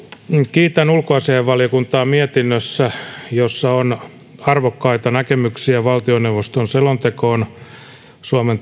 kiitän ulkoasiainvaliokuntaa mietinnöstä jossa on arvokkaita näkemyksiä valtioneuvoston selontekoon suomen